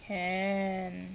can